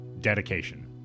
Dedication